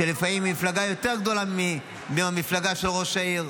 שלפעמים היא מפלגה יותר גדולה מהמפלגה של ראש העיר,